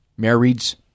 marrieds